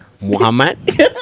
Muhammad